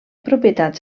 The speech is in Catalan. propietats